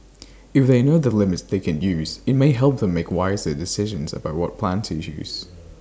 if they know the limits they can use IT may help them make wiser decisions about what plan to choose